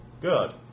good